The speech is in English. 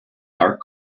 dark